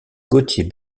gauthier